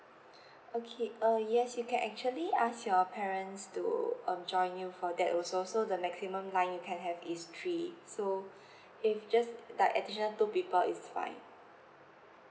okay uh yes you can actually ask your parents to um join you for that also so the maximum line you can have is three so if just like additional two people is fine